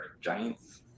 Giants